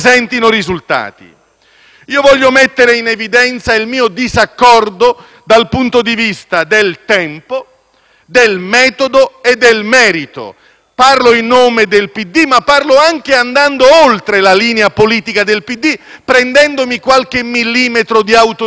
Voglio mettere in evidenza il mio disaccordo dal punto di vista del tempo, del metodo e del merito. Parlo in nome del PD, ma parlo anche andando oltre la linea politica del PD, prendendomi qualche millimetro di autonomia espressiva.